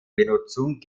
benutzung